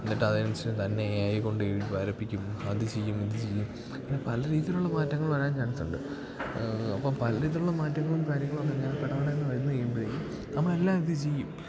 എന്നിട്ടതനുസരിച്ച് തന്നെ A I യെക്കൊണ്ട് വരപ്പിക്കും അത് ചെയ്യും ഇത് ചെയ്യും അങ്ങനെ പല രീതിയിലുള്ള മാറ്റങ്ങള് വരാൻ ചാൻസ് ഉണ്ട് അപ്പം പല രീതിയിലുള്ള മാറ്റങ്ങളും കാര്യങ്ങളുവൊക്കെ ഇങ്ങനെ പെടപെടേന്ന് വന്ന് കഴിയുമ്പഴേക്കും നമ്മളെല്ലാം എന്ത് ചെയ്യും